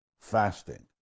Fasting